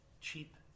cheap